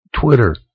Twitter